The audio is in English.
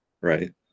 Right